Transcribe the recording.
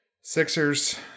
Sixers